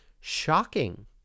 shocking